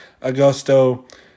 Augusto